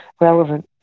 relevant